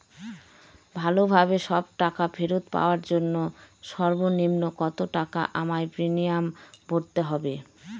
ভালোভাবে সব টাকা ফেরত পাওয়ার জন্য সর্বনিম্ন কতটাকা আমায় প্রিমিয়াম ভরতে হবে?